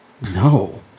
No